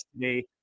today